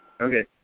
Okay